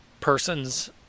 person's